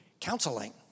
counseling